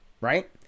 Right